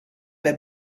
bij